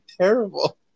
terrible